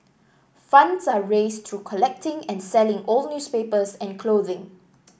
funds are raised through collecting and selling old newspapers and clothing